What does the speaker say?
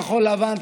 כחול לבן,